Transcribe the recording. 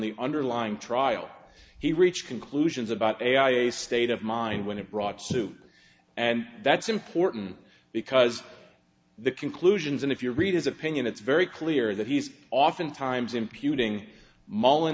the underlying trial he reached conclusions about a i a state of mind when it brought suit and that's important because the conclusions and if you read his opinion it's very clear that he's oftentimes imputing mo